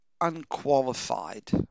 unqualified